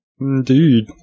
Indeed